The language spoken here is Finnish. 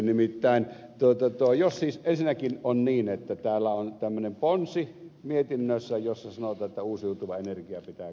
nimittäin ensinnäkin on niin että täällä on tämmöinen ponsi mietinnössä jossa sanotaan että uusiutuvaa energiaa pitää käyttää